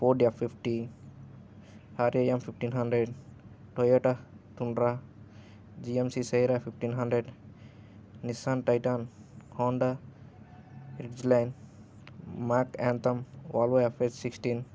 Ford F fifty RAM fifteen hundred Toyota Tundra GMC Sierra fifteen hundred Nissan Titan Honda Ridgeline Mack Anthem Volvo FH sixteen